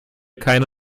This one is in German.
keine